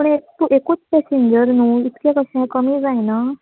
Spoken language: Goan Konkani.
पूण एक एकूच पॅसेंजर न्हू इतके कशें कमी जायना